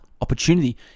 opportunity